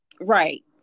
Right